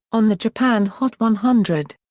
on the japan hot one hundred.